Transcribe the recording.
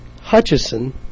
Hutchison